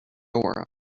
dora